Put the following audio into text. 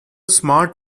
smart